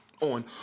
On